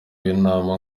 w’inama